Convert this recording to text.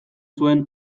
zuen